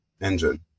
engine